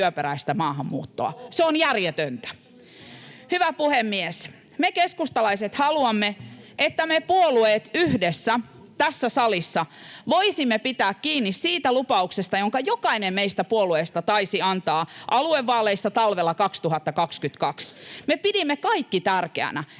työperäistä maahanmuuttoa. [Vasemmalta: Ohhoh!] Se on järjetöntä. Hyvä puhemies! Me keskustalaiset haluamme, että me puolueet yhdessä tässä salissa voisimme pitää kiinni siitä lupauksesta, jonka jokainen meistä puolueista taisi antaa aluevaaleissa talvella 2022. Me kaikki pidimme tärkeänä,